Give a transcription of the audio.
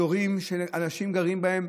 אזורים שאנשים גרים בהם,